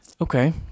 Okay